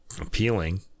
appealing